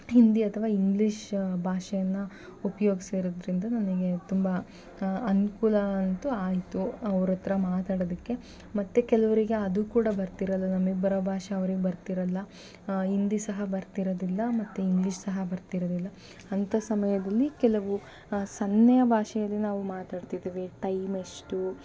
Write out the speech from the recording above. ಹಿಂದಿ ಅಥವಾ ಇಂಗ್ಲೀಷ್ ಭಾಷೆಯನ್ನು ಉಪಯೋಗಿಸಿರೊದ್ರಿಂದ ನಮಗೆ ತುಂಬ ಅನುಕೂಲ ಅಂತು ಆಯಿತು ಅವರತ್ರ ಮಾತಾಡೊದಕ್ಕೆ ಮತ್ತೆ ಕೆಲವರಿಗೆ ಅದು ಕೂಡ ಬರ್ತಿರಲ್ಲ ನಮಗ್ ಬರೋ ಭಾಷೆ ಅವ್ರಿಗೆ ಬರ್ತಿರಲ್ಲ ಹಿಂದಿ ಸಹ ಬರ್ತಿರೋದಿಲ್ಲ ಮತ್ತು ಇಂಗ್ಲಿಷ್ ಸಹ ಬರ್ತಿರೋದಿಲ್ಲ ಅಂಥ ಸಮಯದಲ್ಲಿ ಕೆಲವು ಸನ್ನೆಯ ಭಾಷೆಯಲ್ಲಿ ನಾವು ಮಾತಾಡ್ತಿರ್ತೀವಿ ಟೈಮೆಷ್ಟು